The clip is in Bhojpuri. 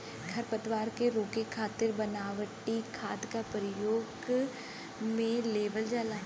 खरपतवार के रोके खातिर बनावटी खाद क परयोग में लेवल जाला